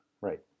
Right